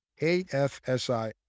AFSI